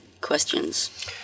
questions